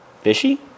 Fishy